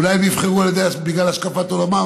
אולי הם נבחרו בגלל השקפת עולמם,